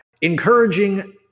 encouraging